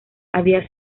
había